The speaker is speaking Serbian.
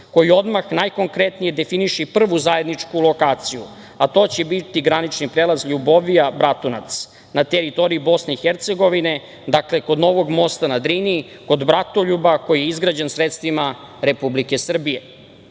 koji odmah najkonkretnije definiše i prvu zajedničku lokaciju, a to će biti granični prelaz Ljubovija – Bratunac, na teritoriji BiH, dakle kod novog mosta na Drini, kod Bratoljuba koji je izgrađen sredstvima Republike Srbije. Ono